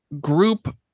group